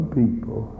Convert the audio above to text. people